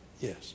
Yes